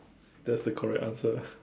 that's the correct answer